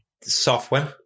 software